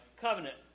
covenant